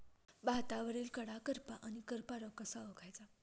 भातावरील कडा करपा आणि करपा रोग कसा ओळखायचा?